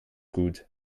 gut